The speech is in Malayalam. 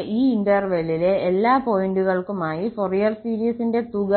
കൂടാതെ ഈ ഇന്റെർവെല്ലിലെ interval0 എല്ലാ പോയിന്റുകൾക്കുമായി ഫൊറിയർ സീരീസിന്റെ തുക